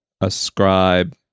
ascribe